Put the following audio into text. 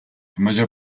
maggior